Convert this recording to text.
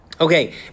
Okay